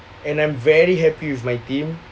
and I'm very happy with my team